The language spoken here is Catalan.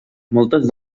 moltes